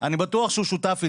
אני בטוח שהוא שותף איתי.